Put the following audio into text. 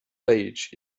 page